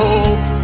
Hope